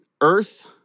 Earth